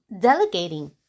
delegating